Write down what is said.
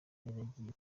yaragiye